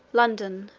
london,